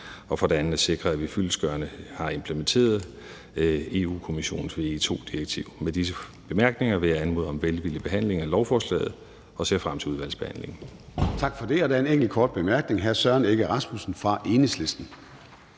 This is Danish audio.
og for det andet at sikre, at vi fyldestgørende har implementeret Europa-Kommissionens VE II-direktiv. Med disse bemærkninger vil jeg anmode om velvillig behandling af lovforslaget, og jeg ser frem til udvalgsbehandlingen. Kl. 10:52 Formanden (Søren Gade): Tak for det. Der er en enkelt kort bemærkning. Hr. Søren Egge Rasmussen fra Enhedslisten.